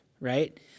right